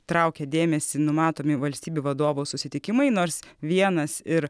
traukia dėmesį numatomi valstybių vadovų susitikimai nors vienas ir